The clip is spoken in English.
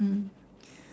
mm